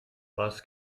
was